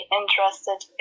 interested